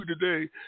today